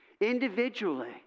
individually